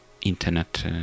internet